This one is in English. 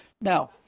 Now